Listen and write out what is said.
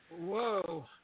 Whoa